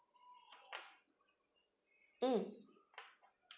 mm